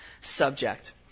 subject